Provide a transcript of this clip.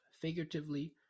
figuratively